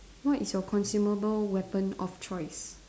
what is your consumable weapon of choice